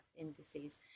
indices